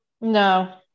No